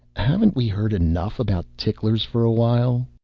haven't we heard enough about ticklers for a while?